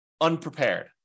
unprepared